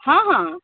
हँ हँ के